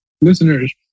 Listeners